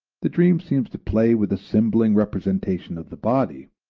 the dream seems to play with a symboling representation of the body,